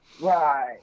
Right